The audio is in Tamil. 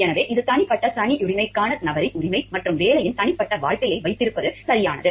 எனவே இது தனிப்பட்ட தனியுரிமைக்கான நபரின் உரிமை மற்றும் வேலையின் தனிப்பட்ட வாழ்க்கையை வைத்திருப்பது சரியானது